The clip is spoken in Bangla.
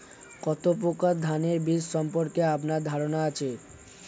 কত প্রকার ধানের বীজ সম্পর্কে আপনার ধারণা আছে?